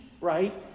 right